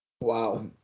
Wow